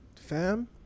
fam